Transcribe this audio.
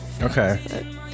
Okay